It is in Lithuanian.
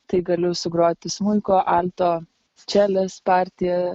tai galiu sugroti smuiko alto čelės partiją